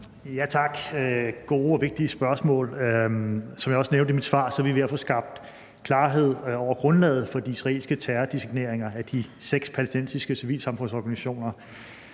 Det er gode og vigtige spørgsmål. Som jeg også nævnte i mit svar, er vi ved at få skaffet klarhed over grundlaget for de israelske terrordesigneringer af de seks palæstinensiske civilsamfundsorganisationer.